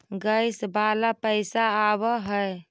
Gas वाला पैसा आव है?